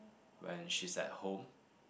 when she's at home